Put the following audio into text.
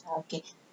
okay